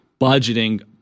budgeting